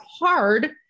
hard